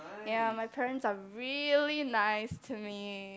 ya my parents are really nice to me